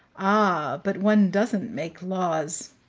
ah, but one doesn't make laws.